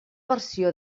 versió